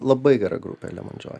labai gera grupė lemon joy